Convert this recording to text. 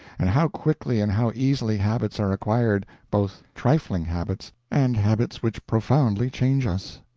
and how quickly and how easily habits are acquired both trifling habits and habits which profoundly change us.